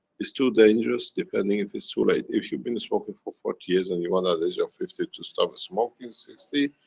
is too dangerous, depending if it's too late. if you've been a smoker for forty years and you want at age of fifty to stop smoking sixty,